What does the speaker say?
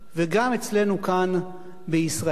וגם אצלנו כאן בישראל.